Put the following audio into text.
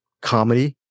comedy